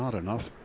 but enough.